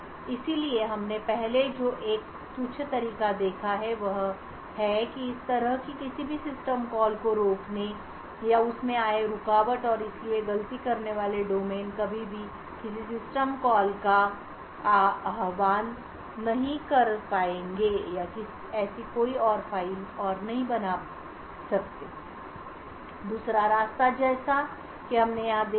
इसलिए हमने पहले जो एक तुच्छ तरीका देखा है वह है कि इस तरह की किसी भी सिस्टम कॉल को रोकने या उसमेंआए रुकावटऔर इसलिए गलती करने वाले डोमेन कभी भी किसी सिस्टम कॉल का आह्वान नहीं कर पाएंगे या ऐसी कोई और फाइल और नहीं बना दूसरा रास्ताजैसा कि हमने यहां देखा है